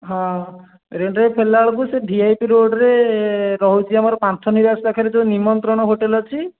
ହଁ ଲେଟ୍ରେ ଫେରିଲା ବେଳକୁ ସେ ଭି ଆଇ ପି ରୋଡ଼ରେ ରହୁଛି ଆମର ପାନ୍ଥନିବାସ ପାଖରେ ଯେଉଁ ନିମନ୍ତ୍ରଣ ହୋଟେଲ୍ ଅଛି